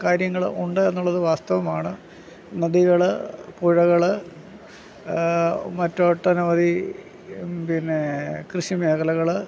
കാര്യങ്ങൾ ഉണ്ട് എന്നുള്ളത് വാസ്തവമാണ് നദികൾ പുഴകൾ മറ്റു ഒട്ടനവധി പിന്നെ കൃഷിമേഖലകൾ